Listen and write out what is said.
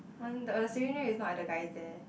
one the oh the secondary is not at the guy there